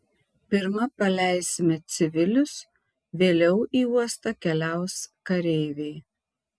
pirma paleisime civilius vėliau į uostą keliaus kareiviai